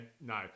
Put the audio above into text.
No